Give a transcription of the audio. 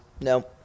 No